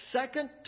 second